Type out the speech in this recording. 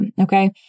okay